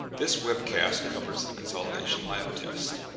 this webcast covers the consolidation lab test